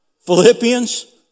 Philippians